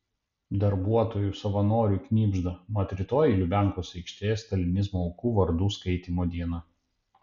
darbuotojų savanorių knibžda mat rytoj lubiankos aikštėje stalinizmo aukų vardų skaitymo diena